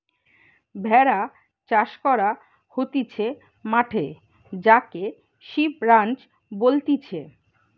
ভেড়া চাষ করা হতিছে মাঠে যাকে সিপ রাঞ্চ বলতিছে